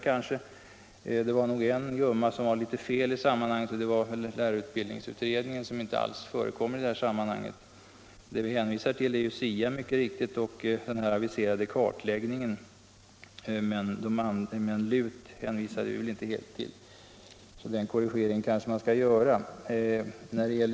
Men en gumma angavs ändå fel i sammanhanget, nämligen lärarutbildningsutredningen LUT 74. Den förekommer inte alls. Vad vi hänvisar till är SIA och den aviserade kartläggningen, men LUT 74 har vi inte hänvisat till. Den korrigeringen bör kanske här göras.